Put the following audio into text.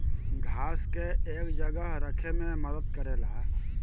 घास के एक जगह रखे मे मदद करेला